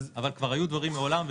אבל כבר היו דברים מעולם.